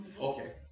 Okay